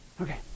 Okay